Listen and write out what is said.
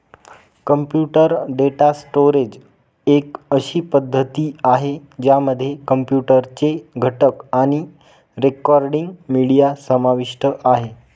computer data storage एक अशी पद्धती आहे, ज्यामध्ये कॉम्प्युटर चे घटक आणि रेकॉर्डिंग, मीडिया समाविष्ट आहे